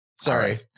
Sorry